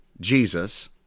Jesus